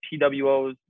PWOs